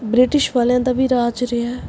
British ਵਾਲਿਆਂ ਦਾ ਵੀ ਰਾਜ ਰਿਹਾ